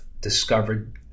discovered